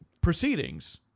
proceedings